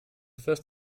first